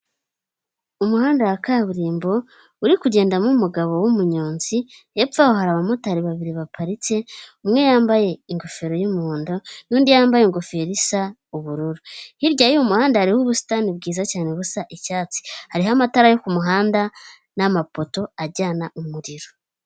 Umuhanda wa kaburimbo uri kugendamo umugabo w'umunyonzi, hepfo yaho hari abamotari babiri baparitse umwe yambaye ingofero y' yumuhondo n'undi yambaye ingofero isa ubururu, hirya y'umuhanda hariho ubusitani bwiza cyane busa icyatsi hariho amatara yo kumuhanda n'amapoto ajyana umuriro.